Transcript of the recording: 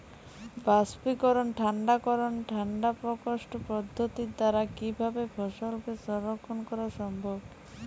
বাষ্পীকরন ঠান্ডা করণ ঠান্ডা প্রকোষ্ঠ পদ্ধতির দ্বারা কিভাবে ফসলকে সংরক্ষণ করা সম্ভব?